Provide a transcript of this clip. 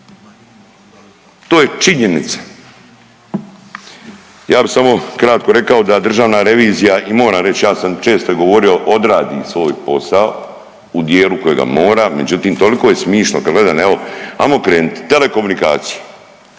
To je činjenica. Ja bih samo kratko rekao da Državna revizija i moram reći, ja sam često i govorio odradi svoj posao u dijelu kojega mora, međutim toliko je smišno kad gledam evo hajmo krenuti. Telekomunikacije,